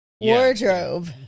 wardrobe